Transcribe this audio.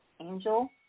angel